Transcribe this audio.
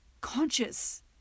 conscious